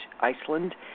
Iceland